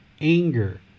anger